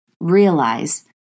realize